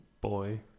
boy